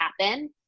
happen